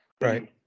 right